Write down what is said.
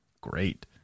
Great